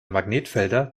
magnetfelder